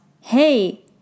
hey